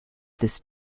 this